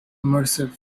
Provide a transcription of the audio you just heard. immersive